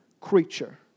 creature